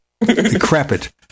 decrepit